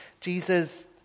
Jesus